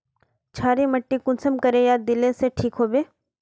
क्षारीय माटी कुंसम करे या दिले से ठीक हैबे?